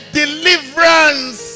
deliverance